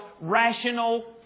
rational